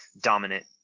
dominant